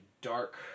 dark